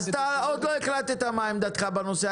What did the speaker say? אז אתה עוד לא החלטת מה עמדתך בנושא.